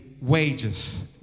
wages